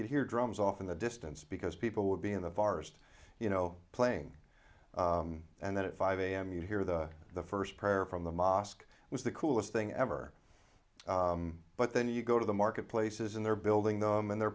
could hear drums off in the distance because people would be in the forest you know playing and then at five am you hear that the first prayer from the mosque was the coolest thing ever but then you go to the marketplaces and they're building them and they're